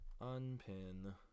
unpin